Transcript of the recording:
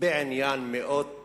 בעניין מאות